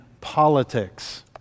politics